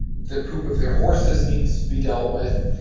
the poop of their horses needs to be dealt with.